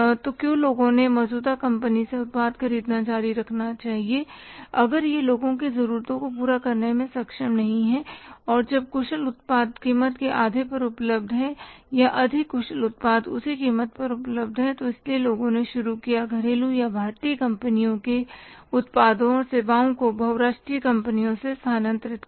तो क्यों लोगों को मौजूदा कंपनी से उत्पाद खरीदना जारी रखना चाहिए अगर यह लोगों की ज़रूरतों को पूरा करने में सक्षम नहीं है और जब कुशल उत्पाद कीमत के आधे पर उपलब्ध है या अधिक कुशल उत्पाद उसी कीमत पर उपलब्ध है तो इसीलिए लोगों ने शुरू किया घरेलू या भारतीय कंपनियों के उत्पादों और सेवाओं को बहु राष्ट्रीय कंपनियों से स्थानांतरित करना